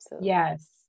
Yes